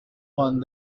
juan